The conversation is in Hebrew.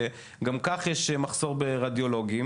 שגם כך יש מחסור ברדיולוגים